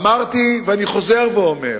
אמרתי, ואני חוזר ואומר: